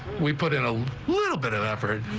we put in a little bit of